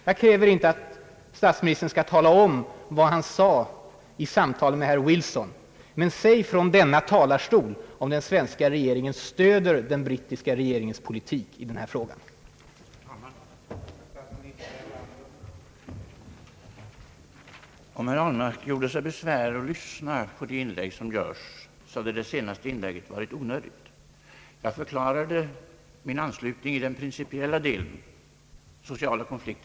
Jag kräver alltså inte att statsministern skall tala om vad han yttrade i samtal med Wilson. Men säg från denna talarstol om den svenska regeringen stöder den brittiska regeringens politik i denna fråga eller inte!